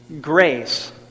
grace